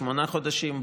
שמונה חודשים,